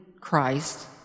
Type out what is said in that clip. Christ